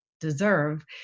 deserve